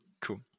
Cool